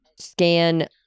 scan